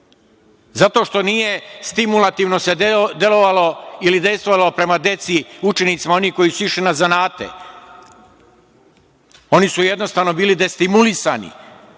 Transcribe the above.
zato što se nije stimulativno delovalo ili dejstvovalo prema deci, učenicima, onih koji su išli na zanate. Oni su jednostavno bili destimulisani.